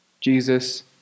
Jesus